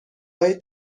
های